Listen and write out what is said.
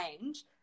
change